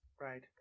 Right